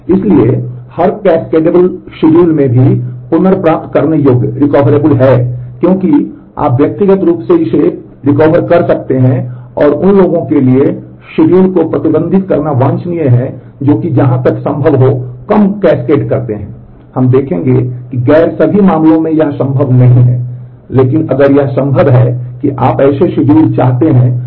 इसलिए हर cascadable schedule भी पुनर्प्राप्त करने योग्य है क्योंकि आप व्यक्तिगत रूप से इसे पुनर्प्राप्त कर सकते हैं और उन लोगों के लिए शेड्यूल को प्रतिबंधित करना वांछनीय है जो कि जहां तक संभव हो कम कैस्केड करते हैं हम देखेंगे कि गैर सभी मामलों में यह संभव नहीं है लेकिन अगर यह संभव है संभव है कि आप ऐसे शेड्यूल चाहते हैं जो कम कैस्केड करते हैं